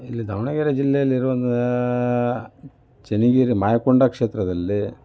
ಇಲ್ಲಿ ದಾವಣಗೆರೆ ಜಿಲ್ಲೆಯಲ್ಲಿರುವಂಥ ಚೆನ್ನಗಿರಿ ಮಾಯಕೊಂಡ ಕ್ಷೇತ್ರದಲ್ಲಿ